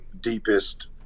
deepest